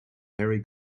harry